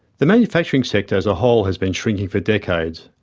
the manufacturing sector as a whole has been shrinking for decades,